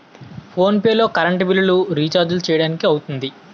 phone pay లో current బిల్లులు, రిచార్జీలు చేయడానికి అవుతుంది